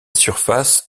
surface